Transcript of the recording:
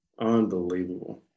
Unbelievable